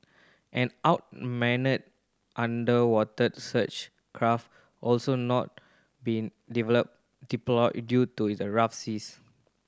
an unmanned underwater search craft also not been develop deployed due to the rough seas